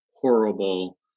horrible